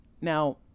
Now